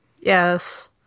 Yes